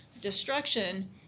destruction